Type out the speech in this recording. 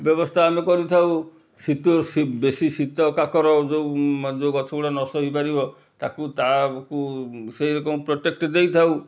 ବ୍ୟବସ୍ଥା ଆମେ କରିଥାଉ ଶୀତ ବେଶୀ ଶୀତ କାକର ଯେଉଁ ଯେଉଁ ଗଛଗୁଡ଼ାକ ନଷ୍ଟ ହୋଇପାରିବ ତାକୁ ତାକୁ ସେଇ ରକମର ପ୍ରୋଟେକ୍ଟ୍ ଦେଇଥାଉ